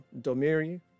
Domiri